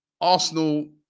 Arsenal